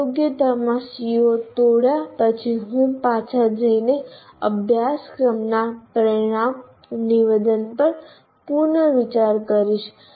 આ યોગ્યતાઓમાં CO તોડ્યા પછી હું પાછા જઇને અભ્યાસક્રમના પરિણામ નિવેદન પર પુનર્વિચાર કરીશ